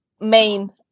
main